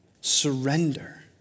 surrender